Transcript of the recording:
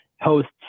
hosts